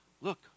look